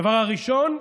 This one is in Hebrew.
הדבר הראשון,